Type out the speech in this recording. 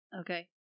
Okay